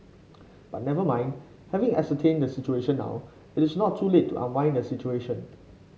but never mind having ascertained the situation now it's not too late to unwind the situation